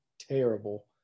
terrible